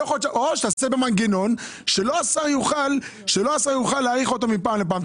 או שתעשה מנגנון כך שלא השר יוכל להאריך אותו פעם לפעם.